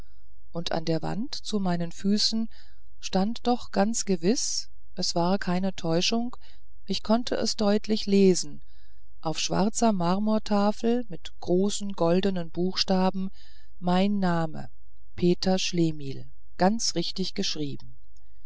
und an der wand zu meinen füßen stand doch ganz gewiß es war keine täuschung ich konnte es deutlich lesen auf schwarzer marmortafel mit großen goldenen buchstaben mein name peter schlemihl ganz richtig geschrieben